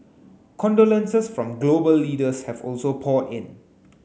condolences from global leaders have also poured in